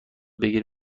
بگیر